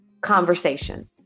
conversation